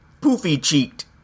poofy-cheeked